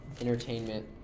entertainment